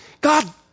God